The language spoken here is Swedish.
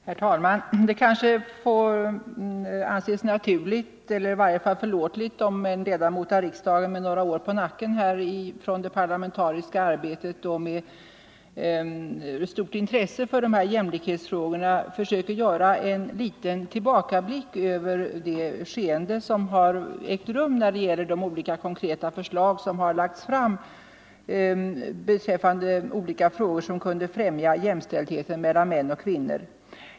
Herr talman! Det kanske anses naturligt eller i varje fall förlåtligt om en ledamot med några år på nacken i det parlamentariska arbetet och med stort intresse för jämlikhetsfrågorna försöker göra en liten tillbakablick på skeendet när det gäller de olika konkreta förslag som lagts fram för att främja jämställdheten mellan män och kvinnor.